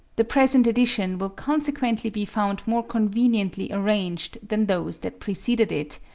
the present edition will consequently be found more conveniently arranged than those that preceded it,